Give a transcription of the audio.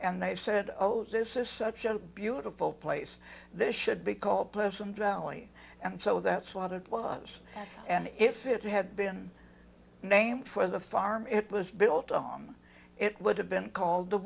and they said oh this is such a beautiful place this should be called pleasant valley and so that's what it was and if it had been named for the farm it was built on it would have been called the